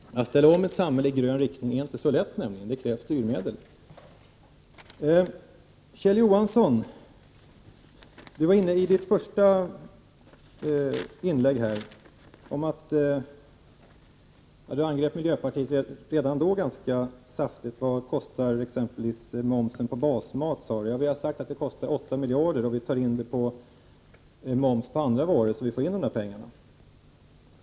Att ställa om ett samhälle i grön riktning är nämligen inte så lätt. Det krävs styrmedel. Kjell Johansson var i sitt första inlägg inne på ett ganska saftigt angrepp på miljöpartiet. Han frågade: Vad kostar momsen på basmat? Vi har sagt att det kostar 8 miljarder, som vi tar in på moms på andra varor så att vi får igen pengarna.